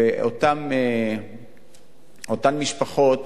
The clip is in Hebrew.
אותן משפחות